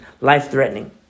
life-threatening